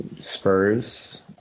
Spurs